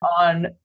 on